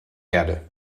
erde